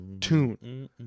tune